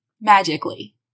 Magically